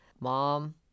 mom